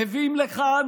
מביאים לכאן